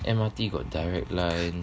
M_R_T got direct line